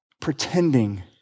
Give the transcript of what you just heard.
pretending